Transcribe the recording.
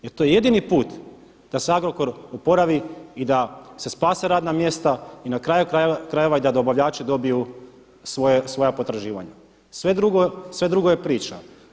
Jer to je jedini put da se Agrokor oporavi i da se spase radna mjesta i na kraju krajeva i da dobavljači dobiju svoja potraživanja, sve drugo je priča.